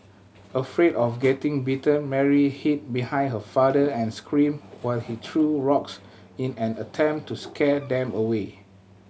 afraid of getting bitten Mary hid behind her father and screamed while he threw rocks in an attempt to scare them away